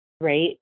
right